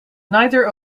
neither